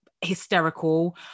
hysterical